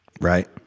right